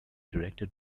directed